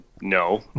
no